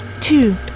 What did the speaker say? Two